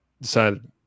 decided